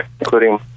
including